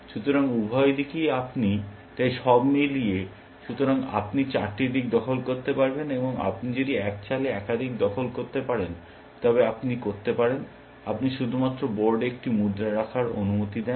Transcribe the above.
সুতরাং উভয় দিকেই আপনি তাই সব মিলিয়ে সুতরাং আপনি চারটি দিক দখল করতে পারেন এবং আপনি যদি এক চালে একাধিক দখল করতে পারেন তবে আপনি করতে পারেন আপনি শুধুমাত্র বোর্ডে একটি মুদ্রা রাখার অনুমতি দেন